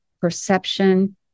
perception